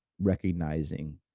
recognizing